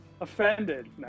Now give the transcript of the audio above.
offended